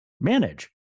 Manage